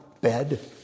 bed